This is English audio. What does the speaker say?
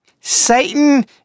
Satan